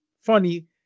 Funny